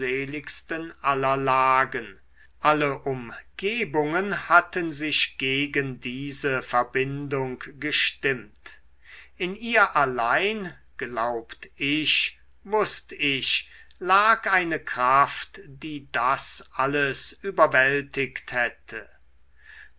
aller lagen alle umgebungen hatten sich gegen diese verbindung gestimmt in ihr allein glaubt ich wußt ich lag eine kraft die das alles überwältigt hätte